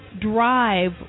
drive